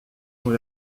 sont